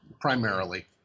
primarily